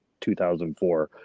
2004